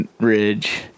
ridge